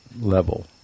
level